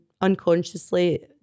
unconsciously